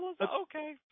Okay